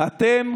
אתם